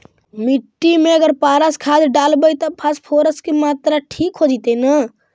मिट्टी में अगर पारस खाद डालबै त फास्फोरस के माऋआ ठिक हो जितै न?